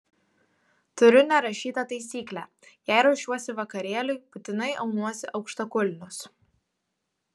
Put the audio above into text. turiu nerašytą taisyklę jei ruošiuosi vakarėliui būtinai aunuosi aukštakulnius